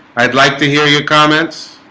i'd like to hear your comments.